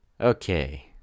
Okay